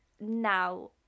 now